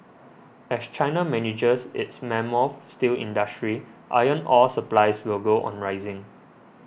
as China manages its mammoth steel industry iron ore supplies will go on rising